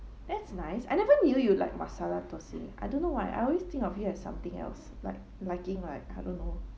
that's nice I never knew you like masala thosai I don't know why I always think of you have something else like liking like I don't know